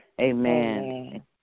Amen